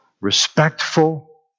respectful